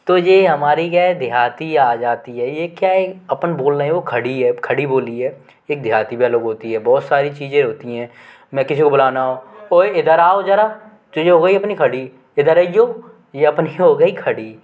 तो ये हमारी क्या है देहाती आ जाती है ये क्या हैं अपन बोल रहे वो खड़ी है खड़ी बोली है एक देहाती भी अलग होती है बहुत सारी चीज़ें होती हैं मैं किसी को बुलाना हो ओए इधर आओ ज़रा तो ये हो गई अपनी खड़ी इधर अइयो ये अपनी हो गई खड़ी